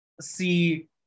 see